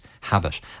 habit